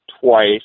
twice